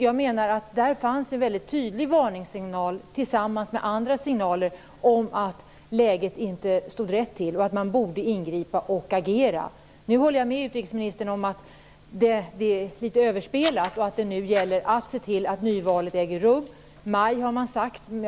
Jag menar att det fanns en mycket tydlig varningssignal tillsammans med andra signaler om att det inte stod rätt till och att man borde ingripa och agera. Jag håller med utrikesministern om att detta nu är litet överspelat och att det gäller att se till att nyvalet äger rum. Man har talat om maj.